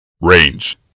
Range